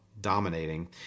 dominating